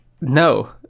No